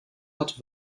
hat